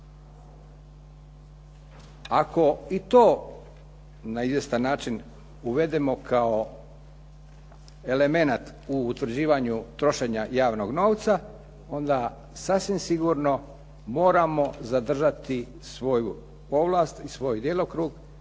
Ako i to na izvjestan način uvedemo kao elemenat u utvrđivanju trošenja javnog novca, onda sasvim sigurno moramo zadržati svoju ovlast i svoj djelokrug